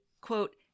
quote